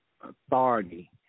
authority